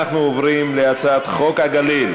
22 בעד, שני מתנגדים,